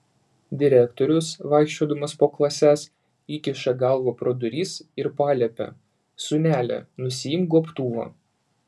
direktorius vaikščiodamas po klases įkiša galvą pro duris ir paliepia sūneli nusiimk gobtuvą